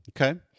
Okay